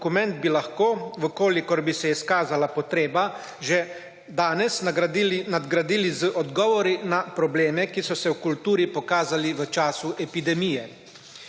dokument bi lahko v kolikor bi se izkazala potreba že danes nadgradili z odgovori na probleme, ki so se v kulturi pokazali v času epidemije.